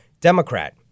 Democrat